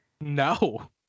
no